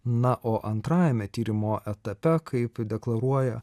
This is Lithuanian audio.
na o antrajame tyrimo etape kaip deklaruoja